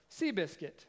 Seabiscuit